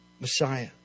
Messiah